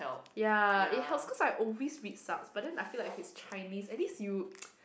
ya it helps cause I always be sucks but then I feel like if is Chinese at least you